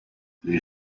les